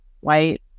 white